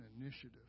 initiative